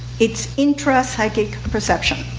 it's intrapsychic perception.